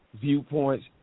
viewpoints